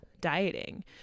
dieting